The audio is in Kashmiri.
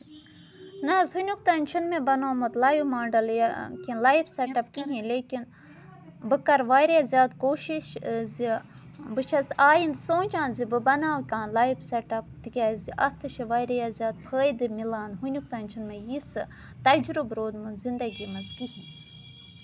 نہ حظ وٕنیُک تانۍ چھُنہٕ مےٚ بَنومُت لَایِو ماڈَل یا کینٛہہ لایِف سؠٹ اَپ کہیٖنۍ لیکِن بہٕ کَرٕ واریاہ زیادٕ کوٗشِش زِ بہٕ چھس آینٛدٕ سونچان زِ بہٕ بَناو کانٛہہ لایِف سؠٹ اَپ تِکیازِ اَتھ تہِ چھُ واریاہ زیادٕ فٲیِدٕ مِلان وٕنیُک تانۍ چھُنہٕ مےٚ یِژھ تَجرُبہٕ روٗدمُت زِندگی منٛز کہیٖنۍ